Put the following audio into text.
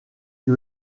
que